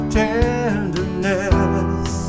tenderness